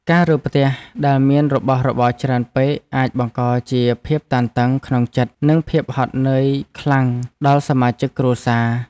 ការរើផ្ទះដែលមានរបស់របរច្រើនពេកអាចបង្កជាភាពតានតឹងក្នុងចិត្តនិងភាពហត់នឿយខ្លាំងដល់សមាជិកគ្រួសារ។